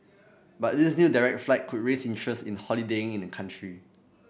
but this new direct flight could raise interest in holidaying in the country